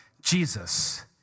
Jesus